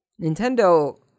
Nintendo